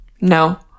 no